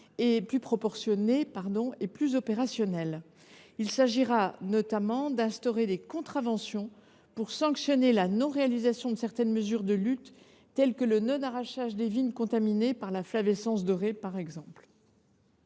et plus opérationnel. Il s’agira notamment d’instaurer des contraventions pour sanctionner la non réalisation de certaines mesures de lutte, telles que le non arrachage des vignes contaminées par la flavescence dorée. Pour ces